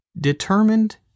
determined